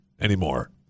anymore